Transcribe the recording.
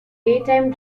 daytime